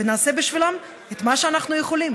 ונעשה בשבילם את מה שאנחנו יכולים.